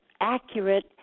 accurate